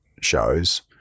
shows